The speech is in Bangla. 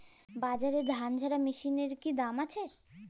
বাজারে ধান ঝারা মেশিনের কি দাম আছে?